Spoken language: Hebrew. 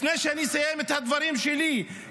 לפני שאני אסיים את הדברים שלי,